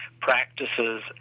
practices